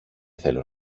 θέλω